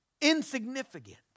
insignificant